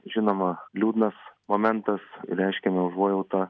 žinoma liūdnas momentas reiškiame užuojautą